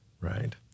right